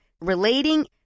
relating